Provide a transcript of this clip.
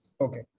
Okay